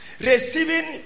receiving